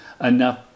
enough